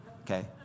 okay